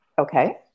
Okay